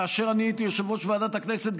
וכאשר אני הייתי יושב-ראש ועדת הכנסת,